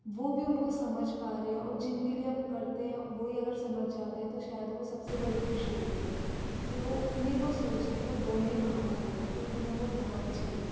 वो भी उनको समझ पा रहे हैं और जिनके लिए हम करते हैं वही अगर समझ जाते हैं तो शायद वो सबसे बड़ी खुशी होती है तो वो उन्हीं को सोचकर वो दोनों ही भावुक हो गये थे और उन्हें वो बहुत अच्छी लगी